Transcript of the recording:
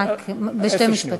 רק בשני משפטים.